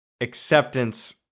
acceptance